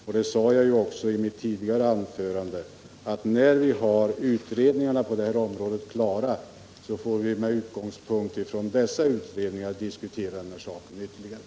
Jag sade också i mitt tidigare anförande att när vi har utredningar på detta område klara får vi med utgångspunkt i dem diskutera denna sak vidare.